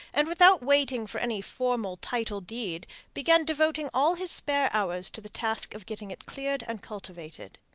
and without waiting for any formal title-deed began devoting all his spare hours to the task of getting it cleared and cultivated.